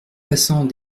passant